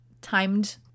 timed